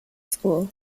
school